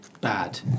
bad